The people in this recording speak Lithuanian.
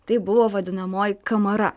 tai buvo vadinamoji kamara